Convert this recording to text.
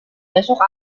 besok